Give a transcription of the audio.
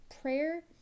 Prayer